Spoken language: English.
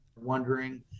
Wondering